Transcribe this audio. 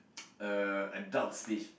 uh adults stage